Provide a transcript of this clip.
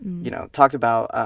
you know talked about